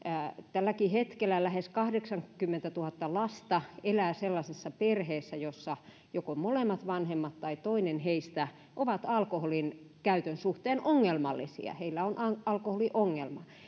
tälläkin hetkellä lähes kahdeksankymmentätuhatta lasta elää sellaisessa perheessä jossa joko molemmat vanhemmat ovat tai toinen heistä on alkoholin käytön suhteen ongelmallinen heillä on alkoholiongelma